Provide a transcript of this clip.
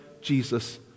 Jesus